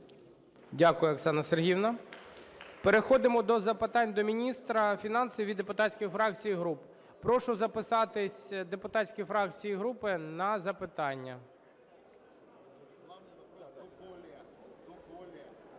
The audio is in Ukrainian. Дякую, Оксано Сергіївно. Переходимо до запитань до міністра фінансів від депутатських фракцій і груп. Прошу записатися депутатські фракції і групи на запитання. Приходько